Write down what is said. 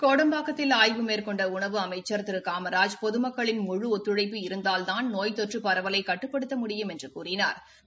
கோடம்பாக்கத்தில் ஆய்வு மேற்கொண்ட உணவு அமைச்சர் திரு காமராஜ் பொதுமக்களின் முழு ஒத்துழைப்பு இருந்தால்தான் நோய் தொற்று பரவலை கட்டுப்படுத்த முடியும் என்று கூறினாா்